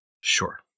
Sure